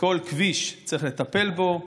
כל כביש, צריך לטפל בו.